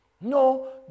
No